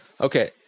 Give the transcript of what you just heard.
Okay